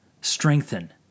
strengthen